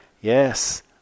Yes